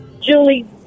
julie